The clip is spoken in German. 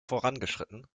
vorangeschritten